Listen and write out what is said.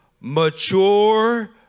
mature